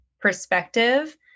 perspective